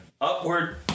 upward